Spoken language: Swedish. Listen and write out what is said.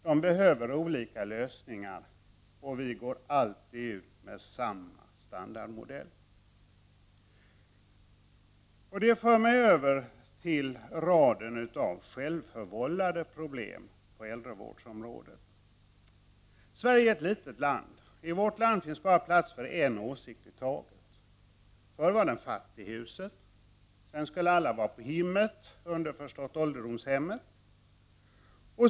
De behöver olika lösningar, och vi går alltid ut med en standardmodell. Det för mig över till raden av självförvållade problem på äldrevårdsområdet. Sverige är ett litet land. I vårt land finns bara plats för en åsikt i taget. Förr var lösningen fattighuset. Sedan skulle alla vara på ”hemmet”, underförstått ålderdomshemmet.